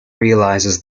realizes